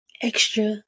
Extra